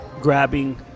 grabbing